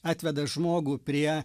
atveda žmogų prie